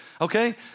okay